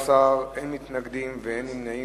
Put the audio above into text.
בעד, 13, אין מתנגדים ואין נמנעים.